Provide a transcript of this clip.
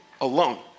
alone